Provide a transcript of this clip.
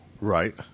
Right